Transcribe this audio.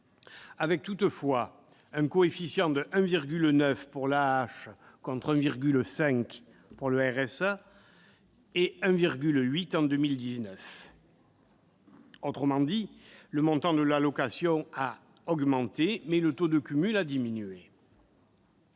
avec toutefois un coefficient de 1,9 pour l'AAH, contre 1,5 pour le RSA en 2018, et 1,8 en 2019. En d'autres termes, le montant de l'allocation a augmenté, mais le taux de cumul a diminué.